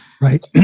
Right